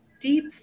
deep